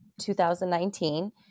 2019